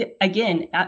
again